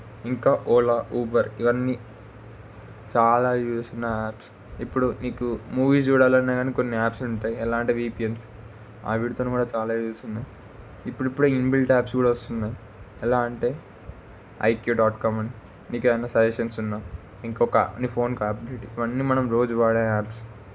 ఇంకా ఓలా ఉబర్ ఇవన్నీ చాలా యూజేస్ ఉన్న యాప్స్ ఇప్పుడు నీకు మూవీ చూడాలన్నా కానీ కొన్ని యాప్స్ ఉంటాయి ఎలా అంటే విపిఎన్స్ అవిటితోని కూడా చాలా యూజెస్ ఉన్నాయి ఇప్పుడు ఇప్పుడే ఇన్బిల్ట్ యాప్స్ కూడా వస్తున్నాయి ఎలా అంటే ఐక్యూ డాట్ కామ్ అని నీకు ఏదైనా సజెషన్స్ ఉన్నా ఇంకొక నీ ఫోన్ యాప్కి ఇవన్నీ మనం రోజు వాడే ఆప్స్